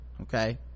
okay